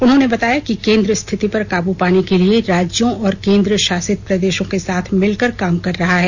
उन्होंने बताया कि केंद्र स्थिति पर काबू पाने के लिए राज्यों और केंद्रशासित प्रदेशों के साथ मिलकर काम कर रहा है